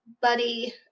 buddy-